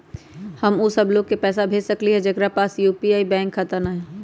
हम उ सब लोग के पैसा भेज सकली ह जेकरा पास यू.पी.आई बैंक खाता न हई?